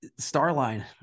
Starline